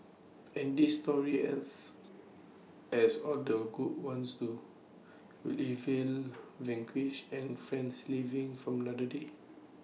and this story ends as all the good ones do with evil vanquished and friends living for another day